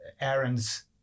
errands